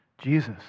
Jesus